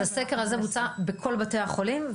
אגב, אז הסקר הזה בוצע בכל בתי החולים?